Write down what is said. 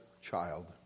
child